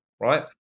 Right